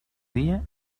día